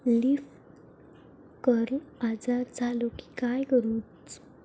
Leaf curl आजार झालो की काय करूच?